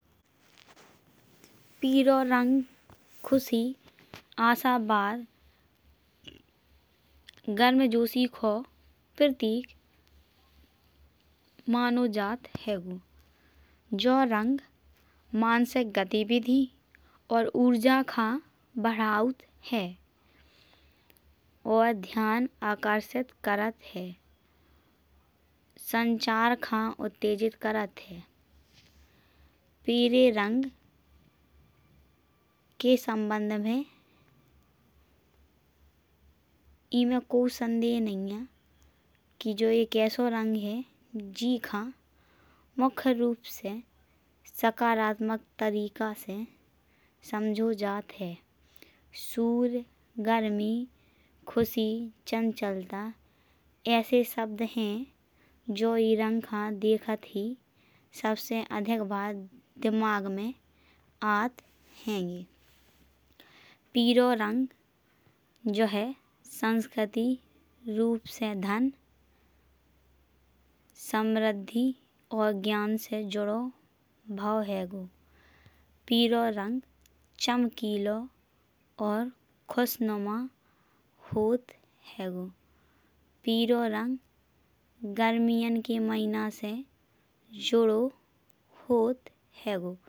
पीला रंग खुशी आशा और गर्मजोशी का प्रतीक मानो जात हेंगो। जो रंग मानसिक गतिविधि और ऊर्जा का बढ़ौत है। और ध्यान आकर्षित करत है। संचार का उत्तेजित करत है। पीले रंग के संबंध में ईमे कोई संदेह नहीं है कि जियो एक ऐसो रंग है। जिका मुख्य रूप से सकारात्मक तरीके से समझो जात है। सूर्य, गर्मी, खुशी, चंचलता ऐसे शब्द हैं। जो ई रंग का देखते ही सबसे अधिक बार दिमाग मा आवत हें। पीरो रंग जो है संस्कृति रूप से धन, समृद्धि और ज्ञान से जुड़ो हेंगो। पीरो रंग चमकीलो और खुशनुमा होत हेंगो। पीरो रंग गर्मियों के महीना से शुरू होत हेंगो।